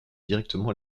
directement